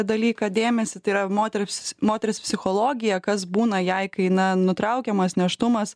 dalyką dėmesį tai yra moters moters psichologija kas būna jei kai na nutraukiamas nėštumas